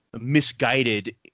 misguided